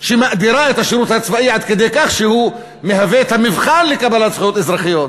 שמאדירים את השירות הצבאי עד כדי כך שהוא המבחן לקבלת זכויות אזרחיות.